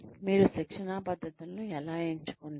మీరు శిక్షణా పద్ధతులను ఎలా ఎంచుకుంటారు